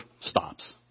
stops